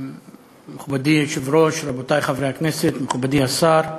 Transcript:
מכובדי היושב-ראש, רבותי חברי הכנסת, מכובדי השר,